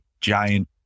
giant